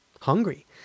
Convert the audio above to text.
hungry